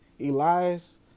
Elias